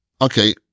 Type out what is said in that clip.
Okay